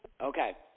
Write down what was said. Okay